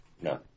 No